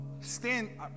Stand